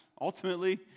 Ultimately